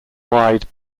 wide